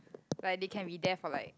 like they can be there for like